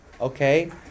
Okay